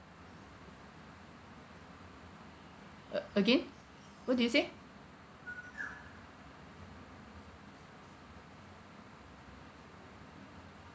a~ again what do you say